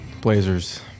Blazers